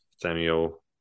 Samuel